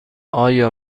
آیا